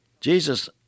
Jesus